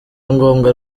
ngombwa